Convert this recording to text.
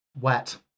Wet